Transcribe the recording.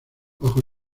bajo